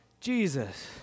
Jesus